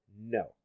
no